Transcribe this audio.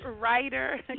writer